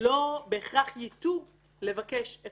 לא בהכרח ייטו לבקש את